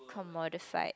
commodified